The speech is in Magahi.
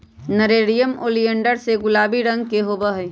नेरियम ओलियंडर फूल हैं जो गुलाबी रंग के होबा हई